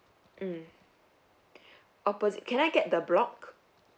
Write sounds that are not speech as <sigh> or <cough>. mm <breath> opposite can I get the block